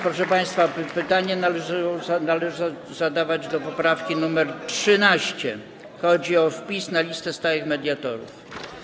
Proszę państwa, pytanie należy zadawać co do poprawki nr 13, chodzi o wpis na listę stałych mediatorów.